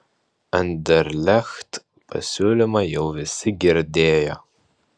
anderlecht pasiūlymą jau visi girdėjo